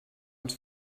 als